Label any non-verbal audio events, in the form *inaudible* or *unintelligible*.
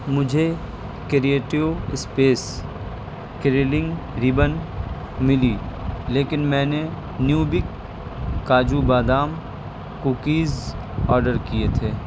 مجھے creative space *unintelligible* ribbon ملی لیکن میں نے نیوبک کاجو بادام کوکیز آرڈر کیے تھے